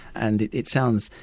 and it sounds,